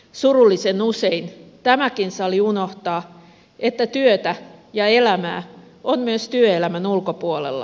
surullisen usein tämäkin sali unohtaa että työtä ja elämää on myös työelämän ulkopuolella